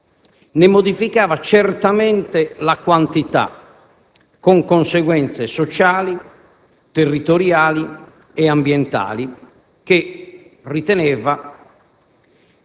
ne modificava certamente la quantità, con conseguenze sociali, territoriali e ambientali, che riteneva